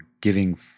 giving